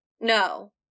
No